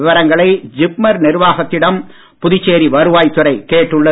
விவரங்களை ஜிப்மர் நிர்வாகத்திடம் புதுச்சேரி வருவாய்த்துறை கேட்டுள்ளது